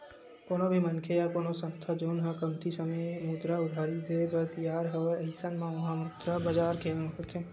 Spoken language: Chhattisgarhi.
कोनो भी मनखे या कोनो संस्था जउन ह कमती समे मुद्रा उधारी देय बर तियार हवय अइसन म ओहा मुद्रा बजार के अंग होथे